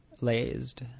Lazed